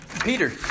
Peter